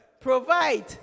Provide